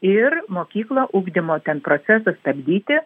ir mokykla ugdymo ten procesą stabdyti